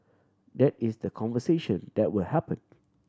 that is the conversation that will happen